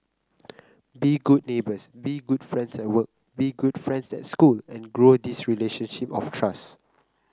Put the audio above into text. be good neighbours be good friends at work be good friends at school and grow this relationship of trust